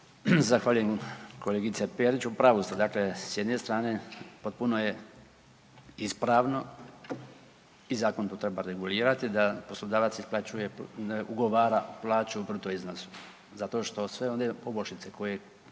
Zahvaljujem, kolegice Perić. U pravu ste, dakle s jedne strane potpuno je ispravno i zakon to treba regulirati da poslodavac isplaćuje, ugovara plaću u bruto iznosu, zato što sve one poboljšice koje